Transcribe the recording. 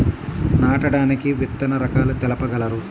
నాటడానికి విత్తన రకాలు తెలుపగలరు?